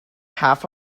half